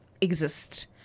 exist